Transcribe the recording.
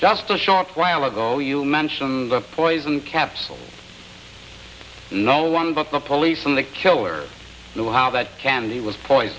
just a short while ago you mentioned the poison capsule no one but the police and the killer knew how that candy was pois